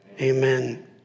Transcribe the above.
Amen